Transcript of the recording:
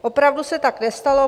Opravdu se tak nestalo.